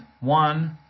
one